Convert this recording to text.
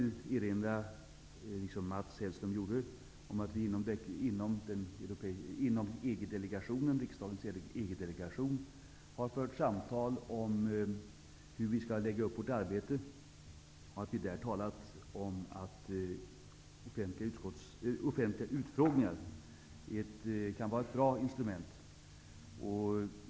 Liksom Mats Hellström vill jag erinra om att vi inom riksdagens EG-delegation har fört samtal om hur vi skall lägga upp vårt arbete. Där har vi talat om att offentliga utfrågningar kan vara ett bra instrument.